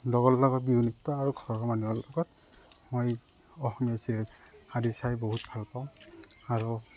লগৰ লগত বিহু নৃত্য আৰু ঘৰৰ মানুহৰ লগত মই অসমীয়া চিৰিয়েল আদি চাই বহুত ভাল পাওঁ আৰু